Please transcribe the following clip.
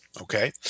Okay